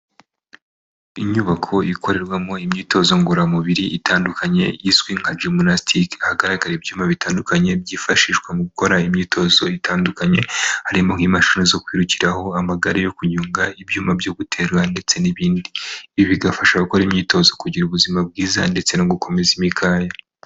Inyubako ikorerwamo imyitozo ngoramubiri itandukanye izwi nka jiminasitike, hagaragara ibyuma bitandukanye byifashishwa mu gukora imyitozo itandukanye, harimo nk'imashini zo kwirukiraho, amagare yo kunyonga, ibyuma byo guterura, ndetse n'ibindi, ibi bigafasha gukora imyitozo, kugira ubuzima bwiza, ndetse no gukomeza imikaya.